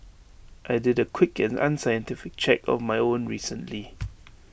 I did A quick and unscientific check of my own recently